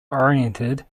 oriented